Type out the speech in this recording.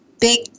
big